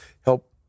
help